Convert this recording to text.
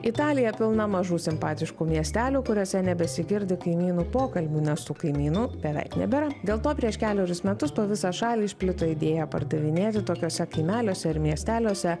italija pilna mažų simpatiškų miestelių kuriuose nebesigirdi kaimynų pokalbių nes tų kaimynų beveik nebėra dėl to prieš kelerius metus po visą šalį išplito idėja pardavinėti tokiuose kaimeliuose ir miesteliuose